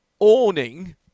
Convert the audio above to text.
awning